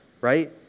right